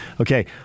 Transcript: Okay